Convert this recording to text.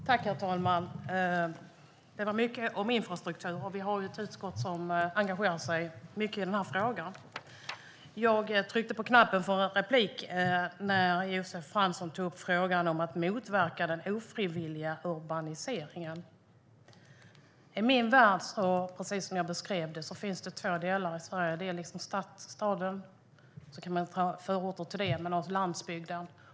Herr talman! Det var mycket om infrastruktur, och vi har ett utskott som engagerar sig mycket i den frågan. Jag tryckte på knappen för replik när Josef Fransson tog upp frågan om att motverka den ofrivilliga urbaniseringen. I min värld finns det, precis som jag beskrev det, två delar av Sverige: staden med förorter och landsbygden.